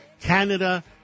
Canada